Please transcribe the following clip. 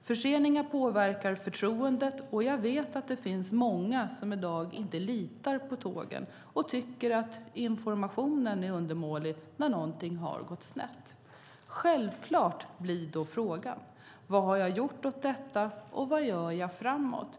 Förseningar påverkar förtroendet, och jag vet att det finns många som i dag inte litar på tågen och tycker att informationen är undermålig när någonting har gått snett. Självklart blir då frågan: Vad har jag gjort åt detta, och vad gör jag framåt?